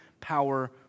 power